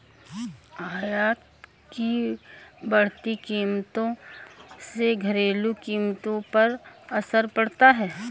आयात की बढ़ती कीमतों से घरेलू कीमतों पर असर पड़ता है